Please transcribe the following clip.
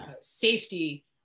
safety